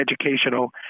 educational